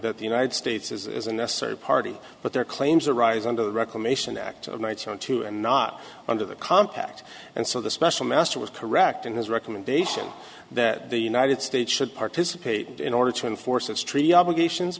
that the united states is a necessary party but their claims arise under the reclamation act of nights on two and not under the compact and so the special master was correct in his recommendation that the united states should participate in order to enforce its treaty obligations